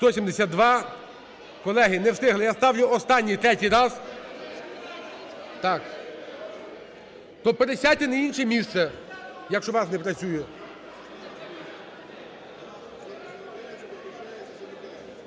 За-172 Колеги, не встигли. Я ставлю останній третій раз. Так, то пересядьте на інше місце, якщо у вас не працює.